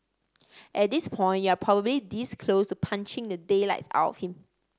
at this point you're probably this close to punching the daylights out of him